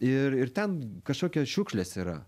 ir ir ten kažkokios šiukšlės yra